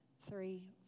three